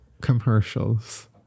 Commercials